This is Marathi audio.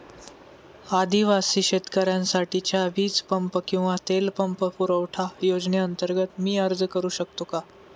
आदिवासी शेतकऱ्यांसाठीच्या वीज पंप किंवा तेल पंप पुरवठा योजनेअंतर्गत मी अर्ज करू शकतो का?